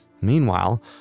Meanwhile